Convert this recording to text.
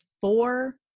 four